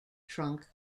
trunk